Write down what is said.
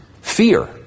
fear